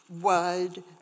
wide